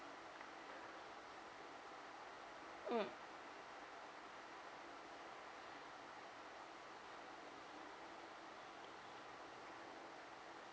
mm